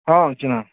اَ